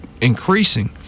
increasing